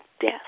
death